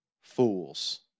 Fools